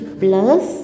plus